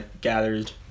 gathered